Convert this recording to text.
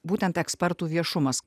būtent ekspertų viešumas